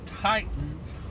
Titans